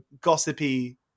gossipy